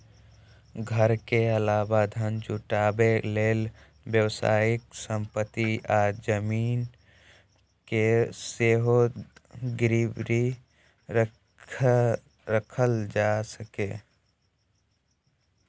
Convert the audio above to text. घर के अलावा धन जुटाबै लेल व्यावसायिक संपत्ति आ जमीन कें सेहो गिरबी राखल जा सकैए